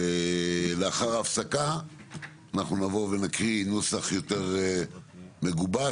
ולאחר ההפסקה אנחנו נבוא ונקריא נוסח יותר מגובש,